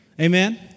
Amen